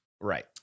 Right